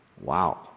Wow